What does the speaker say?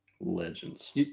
Legends